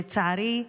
לצערי,